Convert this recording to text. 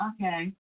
Okay